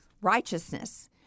righteousness